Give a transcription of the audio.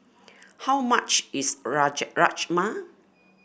how much is Rajar Rajma